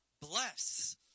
bless